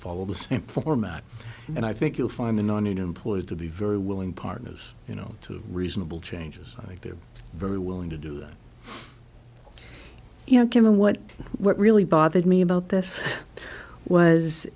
follow the same format and i think you'll find the nonunion employees to be very willing partners you know to reasonable changes they're very willing to do you know given what what really bothered me about this was